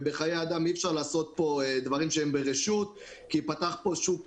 ובחיי אדם אי אפשר לעשות פה דברים שהם ברשות כי ייפתח פה שוק